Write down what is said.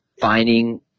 finding